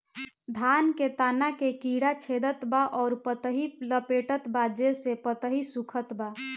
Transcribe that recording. धान के तना के कीड़ा छेदत बा अउर पतई लपेटतबा जेसे पतई सूखत बा?